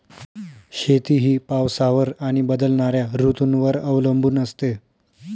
शेती ही पावसावर आणि बदलणाऱ्या ऋतूंवर अवलंबून असते